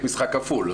משחק מישחק כפול.